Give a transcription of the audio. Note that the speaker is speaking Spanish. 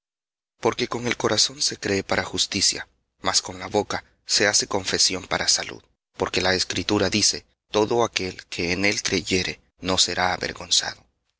porque con el corazón se cree para justicia mas con la boca se hace confesión para salud porque la escritura dice todo aquel que en él creyere no será avergonzado